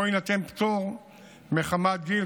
שבו יינתן פטור מחמת גיל,